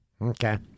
okay